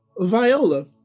Viola